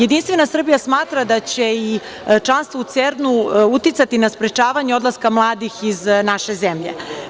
Jedinstvena Srbija smatra da će i članstvo u CERN-u uticati na sprečavanje odlaska mladih iz naše zemlje.